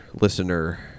listener